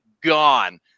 gone